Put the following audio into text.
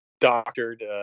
doctored